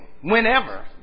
whenever